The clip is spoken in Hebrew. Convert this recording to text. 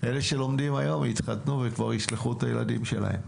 אלה שלומדים היום יתחתנו וכבר ישלחו את הילדים שלהם.